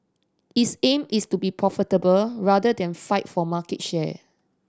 its aim is to be profitable rather than fight for market share